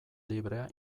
librea